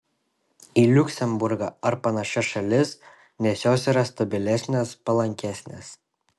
į liuksemburgą ar panašias šalis nes jos yra stabilesnės palankesnės